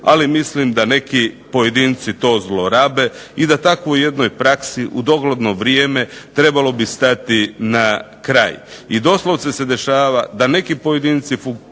ali mislim da neki pojedinci to zlorabe i da tako jednoj praksi u dogledno vrijeme trebalo bi stati na kraj i doslovce se dešava da neki pojedinci funkcioniraju